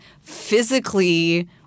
physically –